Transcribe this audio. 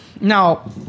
Now